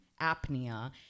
apnea